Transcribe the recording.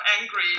angry